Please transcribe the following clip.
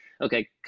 okay